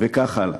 וכך הלאה.